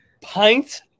Pint